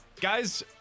Guys